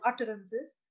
utterances